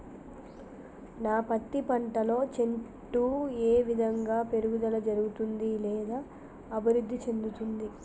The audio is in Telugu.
నా పత్తి పంట లో చెట్టు ఏ విధంగా పెరుగుదల జరుగుతుంది లేదా అభివృద్ధి చెందుతుంది?